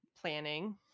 planning